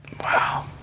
Wow